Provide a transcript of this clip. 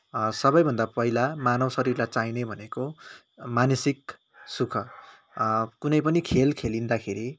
सबैभन्दा पहिला मानव शरीरलाई चाहिने भनेको मानसिक सुख कुनै पनि खेल खेलिँदाखेरि